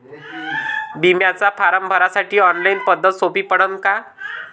बिम्याचा फारम भरासाठी ऑनलाईन पद्धत सोपी पडन का?